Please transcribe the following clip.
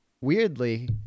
Weirdly